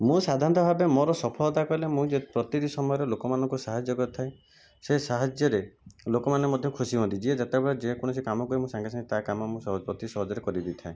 ମୁଁ ସାଧାରଣତଃ ଭାବେ ମୋର ସଫଳତା କହିଲେ ମୁଁ ଯେ ପ୍ରତିଟି ସମୟରେ ଲୋକମାନଙ୍କୁ ସାହାଯ୍ୟ କରିଥାଏ ସେ ସାହାଯ୍ୟରେ ଲୋକମାନେ ମଧ୍ୟ ଖୁସି ହୁଅନ୍ତି ଯିଏ ଯେତେବେଳେ ଯେ କୌଣସି କାମ କରେ ମୁଁ ସାଙ୍ଗେସାଙ୍ଗେ ତା କାମ ମୁଁ ପ୍ରତି ସହଜରେ କରିଦେଇଥାଏ